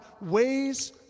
ways